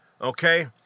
Okay